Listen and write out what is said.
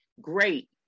great